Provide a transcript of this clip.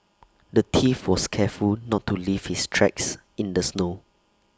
the thief was careful not to leave his tracks in the snow